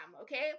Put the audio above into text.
okay